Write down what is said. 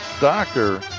doctor